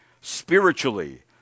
spiritually